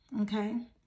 okay